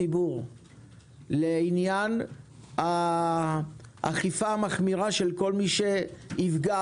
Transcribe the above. ציבור לעניין האכיפה המחמירה של כל מי שיפגע